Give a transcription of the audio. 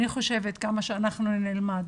כמה שאנחנו נלמד,